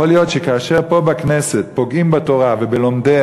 יכול להיות שכאשר פה בכנסת פוגעים בתורה ובלומדיה